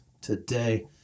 today